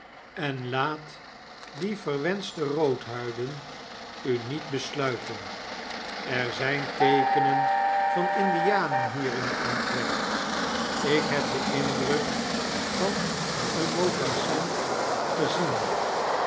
en laat die verwenschte roodhuiden u niet besluipen er zyn teekenen van indianen hier in den omtrek ikheb den indruk van een mokassin gezien